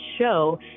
show